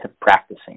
practicing